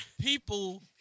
people